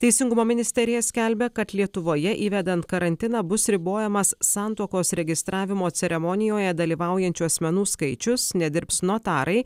teisingumo ministerija skelbia kad lietuvoje įvedant karantiną bus ribojamas santuokos registravimo ceremonijoje dalyvaujančių asmenų skaičius nedirbs notarai